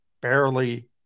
barely